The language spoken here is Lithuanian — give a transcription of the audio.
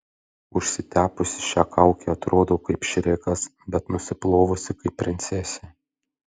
užsitepusi šią kaukę atrodau kaip šrekas bet nusiplovusi kaip princesė